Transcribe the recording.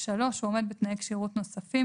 הוא עומד בתנאי כשירות נוספים,